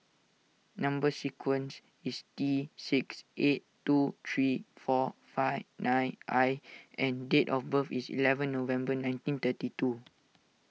Number Sequence is T six eight two three four five nine I and date of birth is eleven November nineteen thiry two